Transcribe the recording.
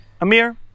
Amir